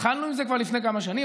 התחלנו עם זה כבר לפני כמה שנים,